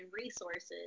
resources